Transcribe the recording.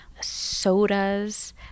sodas